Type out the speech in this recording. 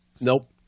Nope